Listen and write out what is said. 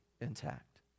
intact